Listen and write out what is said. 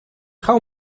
how